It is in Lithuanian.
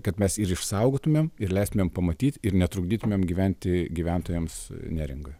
kad mes ir išsaugotumėm ir leistumėm pamatyt ir netrukdytumėm gyventi gyventojams neringoj